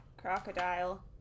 Crocodile